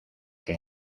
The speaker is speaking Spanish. que